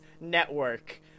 Network